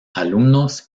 alumnos